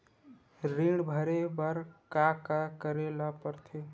ऋण भरे बर का का करे ला परथे?